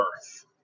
earth